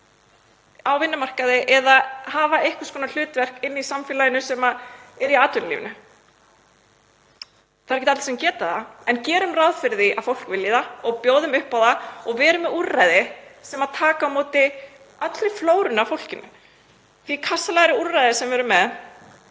á vinnumarkaði eða að hafa einhvers konar hlutverk úti í samfélaginu, í atvinnulífinu. Það eru ekki allir sem geta það, en gerum ráð fyrir því að fólk vilji það og bjóðum upp á það og verum með úrræði sem taka á móti allri flórunni af fólki. Því kassalagaðri sem úrræðin